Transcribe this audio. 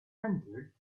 entered